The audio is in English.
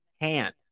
hand